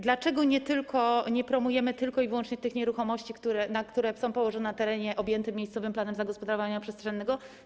Dlaczego nie promujemy tylko i wyłącznie tych nieruchomości, które są położone na terenie objętym miejscowym planem zagospodarowania przestrzennego?